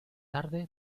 tarde